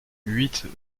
huit